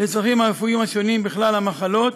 לצרכים הרפואיים השונים בכלל המחלות,